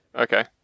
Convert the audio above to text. Okay